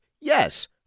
Yes